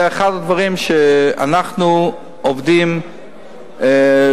זה אחד הדברים שאנחנו עובדים עליהם,